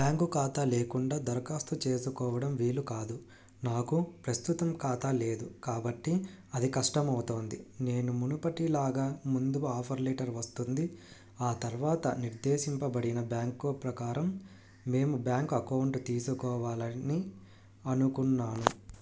bank ఖాతా లేకుండా దరఖాస్తు చేసుకోవడం వీలు కాదు నాకు ప్రస్తుతం ఖాతా లేదు కాబట్టి అది కష్టము అవుతుంది నేను మునుపటి లాగా ముందు ఆఫర్ లెటర్ వస్తుంది ఆ తర్వాత నిర్దేశింపబడిన బ్యాంకో ప్రకారం మేము బ్యాంకు అకౌంట్ తీసుకోవాలని అనుకున్నాను